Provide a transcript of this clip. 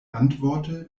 antworte